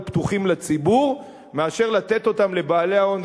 פתוחים לציבור מאשר לתת אותם לבעלי ההון.